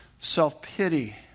self-pity